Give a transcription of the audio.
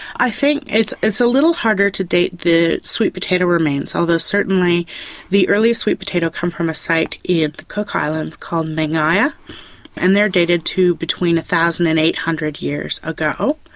i think it's it's a little harder to date the sweet potato remains, although certainly the early sweet potato come from a site in the cook islands called mengaia and they're dated to between one thousand and eight hundred years ago,